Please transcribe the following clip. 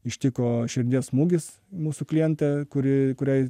ištiko širdies smūgis mūsų klientę kuri kuriai